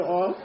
on